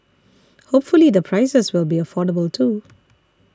hopefully the prices will be affordable too